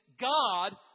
God